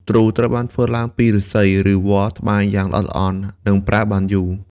ទ្រូ ត្រូវបានធ្វើឡើងពីឫស្សី ឬវល្លិ៍ត្បាញយ៉ាងល្អិតល្អន់ និងប្រើបានយូរ។